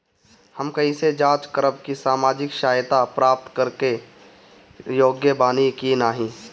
हम कइसे जांच करब कि सामाजिक सहायता प्राप्त करे के योग्य बानी की नाहीं?